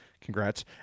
congrats